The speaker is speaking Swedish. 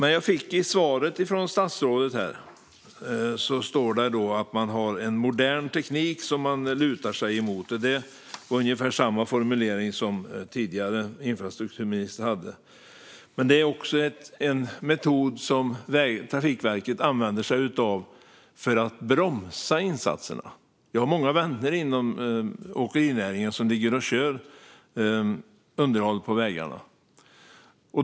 I sitt svar säger statsrådet att man lutar sig mot modern teknik. Det var ungefär samma formulering som den tidigare infrastrukturministern hade. Men det är också en metod som Trafikverket använder sig av för att bromsa insatserna. Jag har många vänner inom åkerinäringen som ligger och kör underhåll på vägarna.